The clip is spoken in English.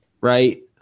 right